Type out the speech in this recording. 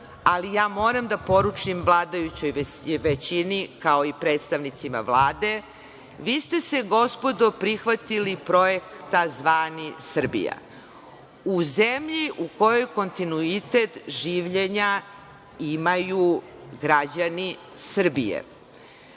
ali moram da poručim vladajućoj većini kao predstavnicima Vlade, vi ste se gospodo prihvatili projekta zvani „Srbija“ u zemlji u kojoj kontinuitet življenja imaju građani Srbije.